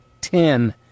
ten